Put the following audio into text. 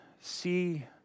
see